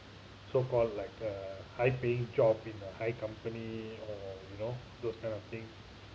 so called like a high paying job in a high company or you know those kind of thing